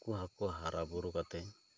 ᱩᱱᱠᱩ ᱦᱟᱹᱠᱩ ᱦᱟᱨᱟ ᱵᱩᱨᱩ ᱠᱟᱛᱮᱜ